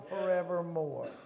forevermore